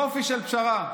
יופי של פשרה,